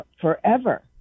forever